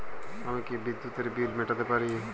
আমি কি বিদ্যুতের বিল মেটাতে পারি?